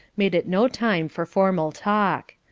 made it no time for formal talk.